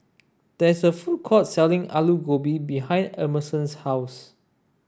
there is a food court selling Alu Gobi behind Emerson's house